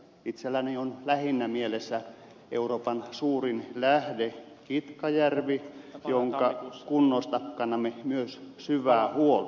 itselläni on lähinnä mielessä euroopan suurin lähde kitkajärvi jonka kunnosta kannamme myös syvää huolta